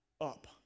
up